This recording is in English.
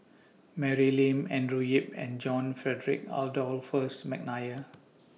Mary Lim Andrew Yip and John Frederick Adolphus Mcnair